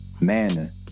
manner